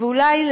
אולי,